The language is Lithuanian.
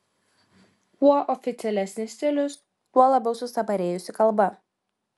kuo oficialesnis stilius tuo labiau sustabarėjusi kalba